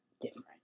different